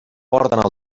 porten